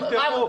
תפתחו,